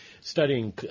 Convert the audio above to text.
studying